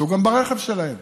ייסעו ברכב שלהם.